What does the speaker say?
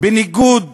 בניגוד